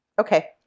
Okay